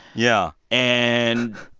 yeah and,